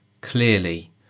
clearly